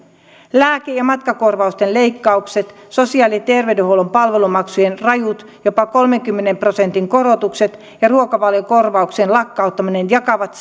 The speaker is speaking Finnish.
lääke ja matkakorvausten leikkaukset sosiaali ja terveydenhuollon palvelumaksujen rajut jopa kolmenkymmenen prosentin korotukset ja ruokavaliokorvauksen lakkauttaminen jatkavat